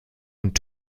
und